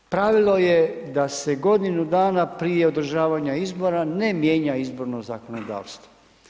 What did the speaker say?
Pravilo je da se godinu dana prije održavanja izbora ne mijenja izborno zakonodavstvo.